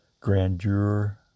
grandeur